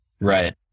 right